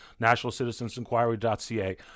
nationalcitizensinquiry.ca